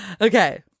Okay